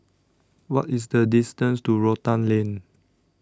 What IS The distance to Rotan Lane